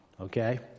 Okay